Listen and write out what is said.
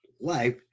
life